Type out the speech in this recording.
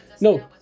no